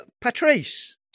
Patrice